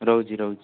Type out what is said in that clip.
ରହୁଛି ରହୁଛି